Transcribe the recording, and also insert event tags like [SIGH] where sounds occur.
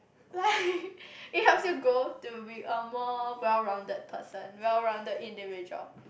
[BREATH] like it helps you grow to be a more well rounded person well rounded individual